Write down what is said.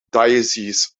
diocese